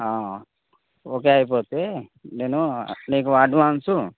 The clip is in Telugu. ఓకే అయిపోతే నేను నీకు అడ్వాన్స్